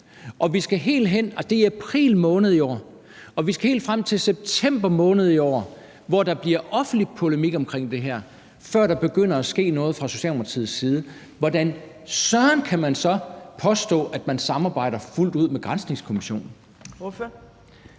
om det, og det er i april måned i år, og vi skal helt frem til september måned i år, hvor der bliver offentlig polemik omkring det her, før der begynder at ske noget fra Socialdemokratiets side, hvordan søren kan man så påstå, at man samarbejder fuldt ud med Granskningskommissionen?